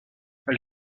elle